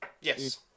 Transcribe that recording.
Yes